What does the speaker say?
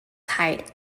height